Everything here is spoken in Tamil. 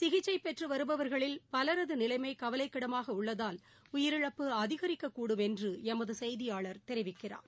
சிகிச்சை பெற்று வருபவர்களில் பலரது நிலைமை கவலைக்கிடமாக உள்ளதால் உயிரிழப்பு அதிகரிக்கக்கூடும் என்று எமது செய்தியாளர் தெரிவிக்கிறார்